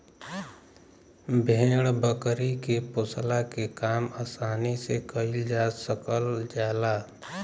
भेड़ बकरी के पोसला के काम आसानी से कईल जा सकल जाला